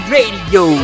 Radio